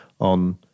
on